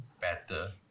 better